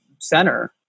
center